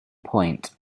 point